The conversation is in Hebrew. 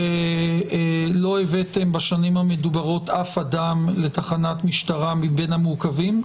שלא הבאתם בשנים המדוברות אף אדם לתחנת המשטרה מבין המעוכבים?